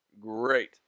great